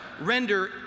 render